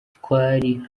twari